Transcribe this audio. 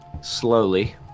slowly